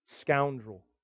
scoundrel